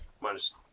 Minus